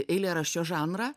eilėraščio žanrą